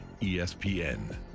ESPN